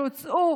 שהוצאו